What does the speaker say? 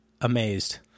amazed